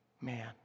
man